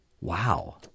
Wow